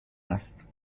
است